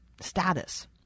status